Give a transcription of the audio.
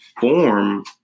Form